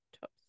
top